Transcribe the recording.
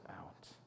out